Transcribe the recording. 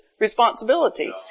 responsibility